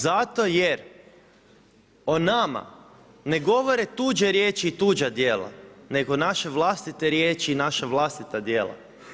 Zato jer o nama, ne govore tuđe riječi i tuđa dijela, nego naše vlastite riječi i naša vlastita dijela.